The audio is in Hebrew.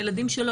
הילדים שלא,